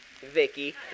Vicky